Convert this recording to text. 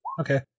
Okay